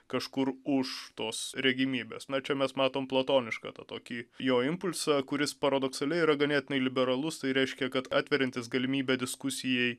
kažkur už tos regimybės na čia mes matom platonišką tą tokį jo impulsą kuris paradoksaliai yra ganėtinai liberalus tai reiškia kad atveriantis galimybę diskusijai